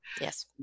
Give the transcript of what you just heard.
Yes